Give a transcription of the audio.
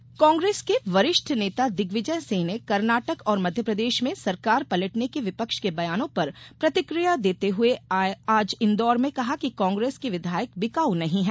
दिग्विजय कांग्रेस के वरिष्ठ नेता दिग्विजय सिंह ने कर्नाटक और मध्यप्रदेश में सरकार पलटने के विपक्ष के बयानों पर प्रतिक्रिया देते हुये आज इंदौर में कहा कि कांग्रेस के विधायक बिकाऊ नहीं है